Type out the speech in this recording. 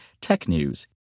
TECHNEWS